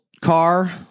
car